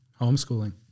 homeschooling